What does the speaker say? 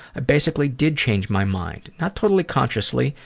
i basically did change my mind, not totally consciously,